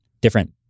different